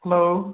hello